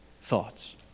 thoughts